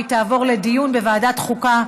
והיא תעבור לדיון בוועדת החוקה,